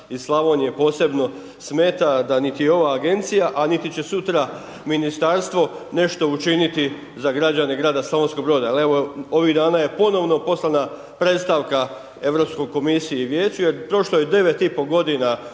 iz Slavonije posebno smeta, da niti ova Agencija, a nit će sutra Ministarstvo nešto učiniti za građane grada Slavonskog Broda, jel' evo ovih dana je ponovno poslana predstavka Europskoj komisiji i Vijeću, jer prošlo je devet i